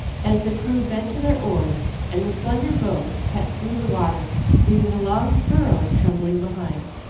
as the crew bent to their oars and the slender boat cut through the water leaving a long furrow trembling behind.